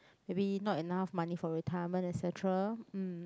maybe not enough money for retirement et cetera mm